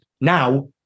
now